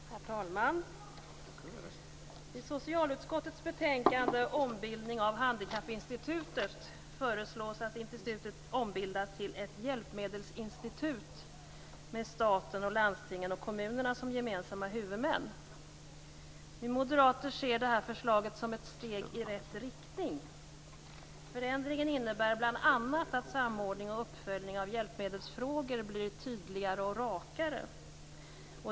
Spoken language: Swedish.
Herr talman! I socialutskottets betänkande Ombildning av Handikappinstitutet föreslås att institutet ombildas till ett hjälpmedelsinstitut med staten, landstingen och kommunerna som gemensamma huvudmän. Vi moderater ser förslaget som ett steg i rätt riktning. Förändringen innebär bl.a. att samordning och uppföljning av hjälpmedelsfrågor blir tydligare och rakare.